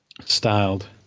styled